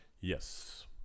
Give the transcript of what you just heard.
Yes